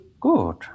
good